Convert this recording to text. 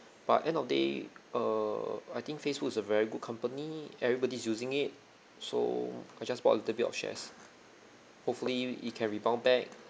but end of day err I think facebook is a very good company everybody is using it so I just bought a little bit of shares hopefully it can rebound back